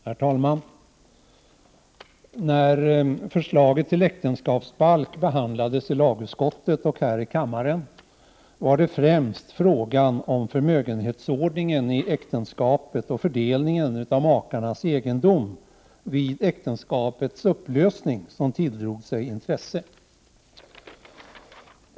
Herr talman! När förslaget till äktenskapsbalk behandlades i lagutskottet och här i kammaren, var det främst frågan om förmögenhetsordningen i äktenskapet och fördelningen av makarnas egendom vid äktenskapets upplösning som tilldrog sig intresse.